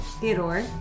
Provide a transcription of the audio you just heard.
Theodore